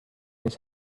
his